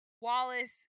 Wallace